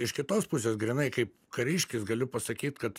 kiek iš kitos pusės grynai kaip kariškis galiu pasakyt kad